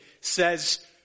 says